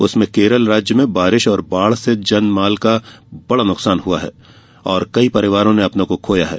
उसमें केरल राज्य में बारिश और बाढ़ से जान माले का बड़ा नुकसान हुआ है और कई परिवारों ने अपनों को खोया है